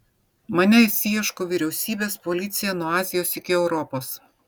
manęs ieško vyriausybės policija nuo azijos iki europos